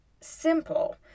simple